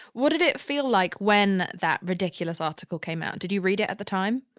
what did it feel like when that ridiculous article came out? did you read it at the time?